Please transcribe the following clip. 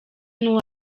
n’uwa